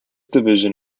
division